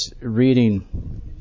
reading